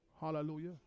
Hallelujah